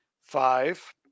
five